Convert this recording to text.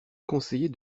conseiller